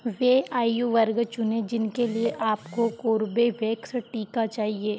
वे आयु वर्ग चुनें जिनके लिए आपको कॉर्बेवैक्स टीका चाहिए